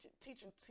teaching